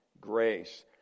grace